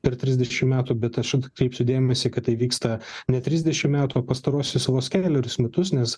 per trisdešim metų bet aš atkreipsiu dėmesį kad tai vyksta ne trisdešim metų o pastaruosius kelerius metus nes